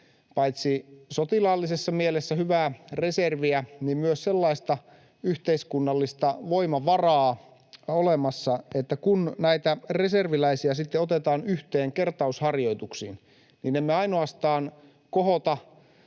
paitsi sotilaallisessa mielessä hyvää reserviä myös sellaista yhteiskunnallista voimavaraa olemassa, että kun näitä reserviläisiä sitten otetaan yhteen kertausharjoituksiin, niin emme ainoastaan kohota